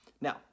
Now